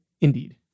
Indeed